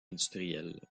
industrielle